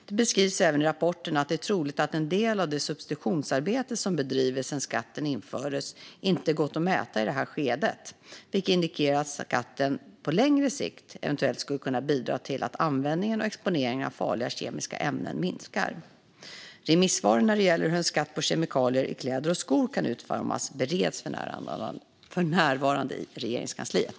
Det beskrivs även i rapporten att det är troligt att en del av det substitutionsarbete som bedrivits sedan skatten infördes inte gått att mäta i det här skedet, vilket indikerar att skatten på längre sikt eventuellt skulle kunna bidra till att användningen och exponeringen av farliga kemiska ämnen minskar. Remissvaren när det gäller hur en skatt på kemikalier i kläder och skor kan utformas bereds för närvarande i Regeringskansliet.